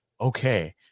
okay